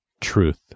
Truth